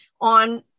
on